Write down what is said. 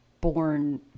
born